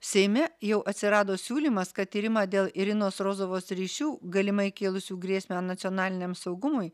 seime jau atsirado siūlymas kad tyrimą dėl irinos rozovos ryšių galimai kėlusių grėsmę nacionaliniam saugumui